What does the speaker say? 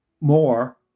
more